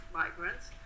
migrants